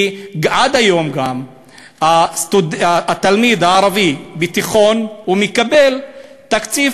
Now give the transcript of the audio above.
כי עד היום גם התלמיד הערבי בתיכון מקבל תקציב